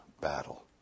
battle